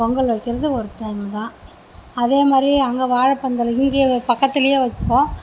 பொங்கல் வைக்கிறது ஒரு டைம் தான் அதேமாதிரி அங்கே வாழைப்பந்தல் இங்கே பக்கத்தில் வைப்போம்